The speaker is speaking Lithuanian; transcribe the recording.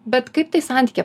bet kaip tai santykyje